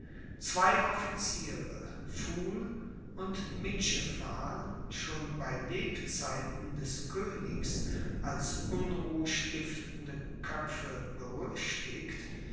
zwei officiere pfuhl und mitschefal schon bei lebzeiten des königs als unruhstiftende köpfe berüchtigt